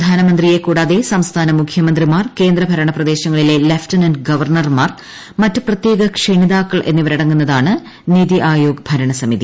പ്രധാനമ ന്ത്രിയെ കൂടാതെ സംസ്ഥാന മുഖ്യമന്ത്രിമാർ കേന്ദ്രഭരണ പ്രദേശ ങ്ങളിലെ ലഫ്റ്റനന്റ് ഗവർണർമാർ മറ്റു പ്രത്യേക ക്ഷണിതാക്കൾ എന്നിവരടങ്ങുന്നതാണ് നിതി ആയോഗ് ഭരണ സമിതി